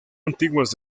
antiguas